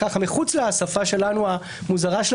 מחוץ לשפה המוזרה שלנו,